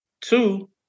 Two